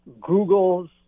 Google's